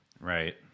Right